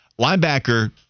Linebacker